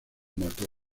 mató